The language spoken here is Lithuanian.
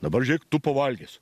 dabar žiūrėk tu pavalgęs